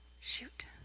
shoot